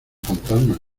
fantasma